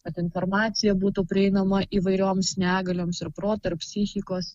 kad informacija būtų prieinama įvairioms negalioms ir proto ir psichikos